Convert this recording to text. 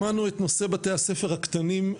שמענו את נושא בתי הספר הקטנים,